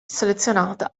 selezionata